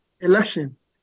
elections